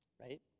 right